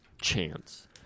chance